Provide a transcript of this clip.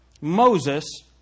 Moses